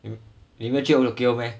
你没有去过 tokyo meh